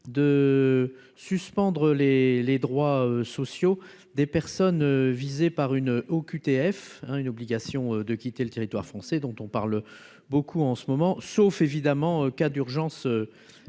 de suspendre les les droits sociaux des personnes visées par une OQTF, hein, une obligation de quitter le territoire français dont on parle beaucoup en ce moment, sauf évidemment en cas d'urgence